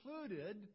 included